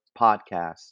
podcast